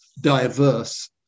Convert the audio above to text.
diverse